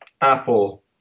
Apple